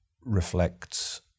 reflects